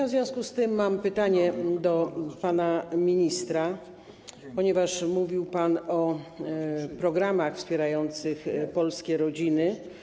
W związku z tym mam pytania do pana ministra, ponieważ mówił pan o programach wspierających polskie rodziny.